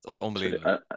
Unbelievable